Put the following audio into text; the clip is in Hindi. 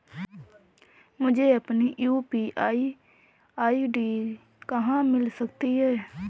मुझे अपनी यू.पी.आई आई.डी कहां मिल सकती है?